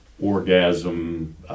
orgasm